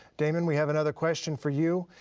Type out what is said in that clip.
damon, we have another question for you.